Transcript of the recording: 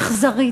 אכזרי,